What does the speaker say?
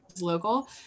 local